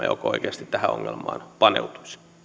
joka oikeasti tähän ongelmaan paneutuisi